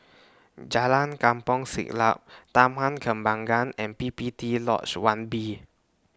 Jalan Kampong Siglap Taman Kembangan and P P T Lodge one B